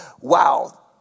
Wow